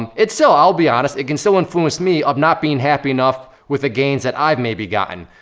it's still, i'll be honest, it can still influence me of not being happy enough with the gains that i've maybe gotten.